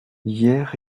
hier